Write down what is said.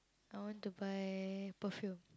I want to buy perfume